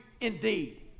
indeed